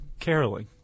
caroling